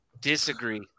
Disagree